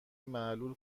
معلول